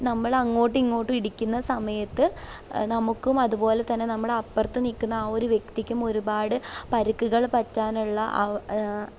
നമ്മളങ്ങോട്ടിങ്ങോട്ട് ഇടിക്കുന്ന സമയത്ത് നമുക്കും അതുപോലെതന്നെ നമ്മുടെ അപ്പുറത്തു നിൽക്കുന്ന ആ ഒരു വ്യക്തിക്കും ഒരുപാട് പരിക്കുകൾ പറ്റാനുള്ള ആ